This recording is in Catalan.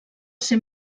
ser